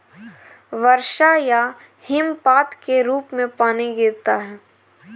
वर्षा या हिमपात के रूप में पानी गिरता है